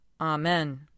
Amen